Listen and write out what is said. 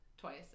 Twice